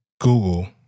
Google